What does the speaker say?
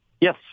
Yes